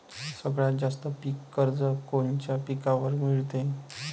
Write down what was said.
सगळ्यात जास्त पीक कर्ज कोनच्या पिकावर मिळते?